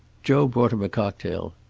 joe brought him a cocktail.